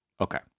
Okay